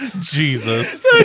Jesus